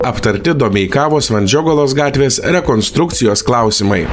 aptarti domeikavos vandžiogalos gatvės rekonstrukcijos klausimai